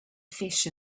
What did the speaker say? fish